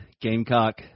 Gamecock